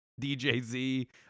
DJ-Z